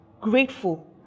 grateful